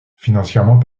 financièrement